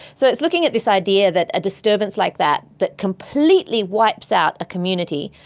so it's looking at this idea that a disturbance like that that completely wipes out a community,